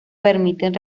permiten